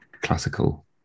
classical